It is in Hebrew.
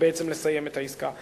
ובעצם לסיים את העסקה.